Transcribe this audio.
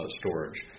storage